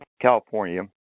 California